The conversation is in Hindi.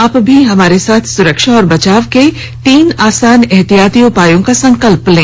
आप भी हमारे साथ सुरक्षा और बचाव के तीन आसान एहतियाती उपायों का संकल्प लें